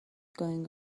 going